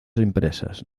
empresas